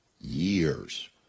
years